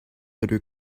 other